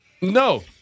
no